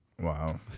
Wow